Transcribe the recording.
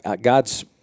God's